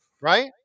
Right